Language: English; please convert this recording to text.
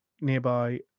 nearby